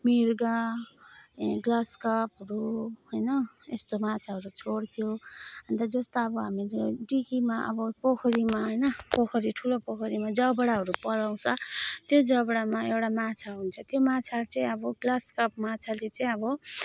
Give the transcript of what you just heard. मिर्गाल यी ग्रास कार्पहरू होइन यस्तो माछाहरू छोड्थ्यो अन्त जस्तो अब हामीले डिगीमा अब पोखरीमा होइन पोखरीमा ठुलो पोखरीमा जबडाहरू पलाउँछ त्यो जबडामा एउटा माछा हुन्छ त्यो माछाहरू चाहिँ अब ग्रास कार्प माछाले चाहिँ अब